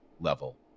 level